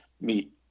meet